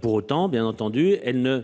Pour autant bien entendu elle ne